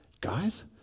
Guys